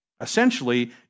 Essentially